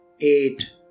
eight